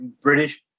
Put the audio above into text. British